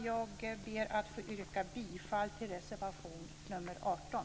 Jag ber att få yrka bifall till reservation nr 18.